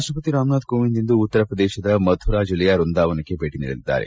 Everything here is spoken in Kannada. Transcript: ರಾಷ್ಟ್ರಪತಿ ರಾಮನಾಥ್ ಕೋವಿಂದ್ ಇಂದು ಉತ್ತರ ಪ್ರದೇಶದ ಮಥುರಾ ಜಿಲ್ಲೆಯ ವೃಂದಾವನಕ್ಕೆ ಭೇಟಿ ನೀಡಲಿದ್ದಾರೆ